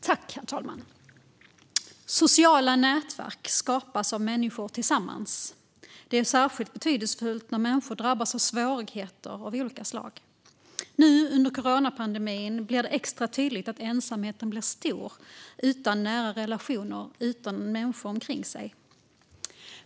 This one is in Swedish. Herr talman! Sociala nätverk skapas av människor tillsammans. Det är särskilt betydelsefullt när människor drabbas av svårigheter av olika slag. Nu under coronapandemin blir det extra tydligt att ensamheten blir stor utan nära relationer, utan människor omkring.